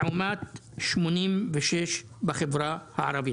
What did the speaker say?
לעומת 86 בחברה היהודית.